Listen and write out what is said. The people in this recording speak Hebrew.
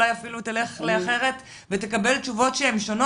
ובעיר אחרת תקבל תשובות שהן שונות.